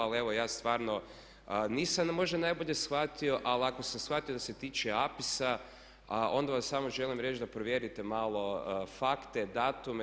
Ali evo ja stvarno nisam možda najbolje shvatio, ali ako sam shvatio da se tiče Apisa a onda vam samo želim reći da provjerite malo fakte, datume.